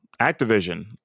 Activision